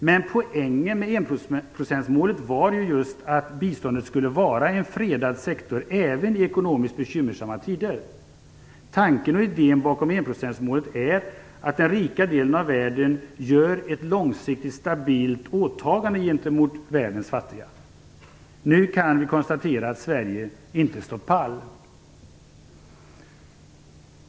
Men poängen med enprocentsmålet var ju att biståndet skulle vara en fredad sektor även i ekonomiskt bekymmersamma tider. Tanken bakom enprocentsmålet är att den rika delen av världen gör ett långsiktigt stabilt åtagande gentemot världens fattiga. Vi kan nu konstatera att Sverige inte stått pall.